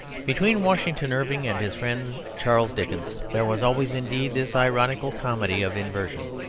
between washington irving and his friend charles dickens there was always indeed this ironical comedy of inversion.